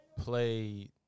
play